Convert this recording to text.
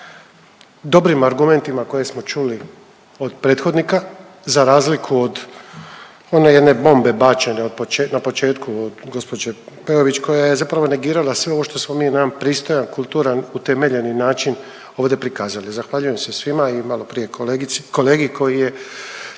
dobrim argumentima koje smo čuli od prethodnika za razliku od one jedne bombe bačene na početku od gospođe Peović koja je zapravo negirala sve ovo što smo mi na jedan pristojan, kulturan, utemeljeni način ovdje prikazali. Zahvaljujem se svima i maloprije kolegi koji je